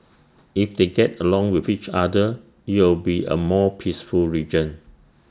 if they get along with each other it'll be A more peaceful region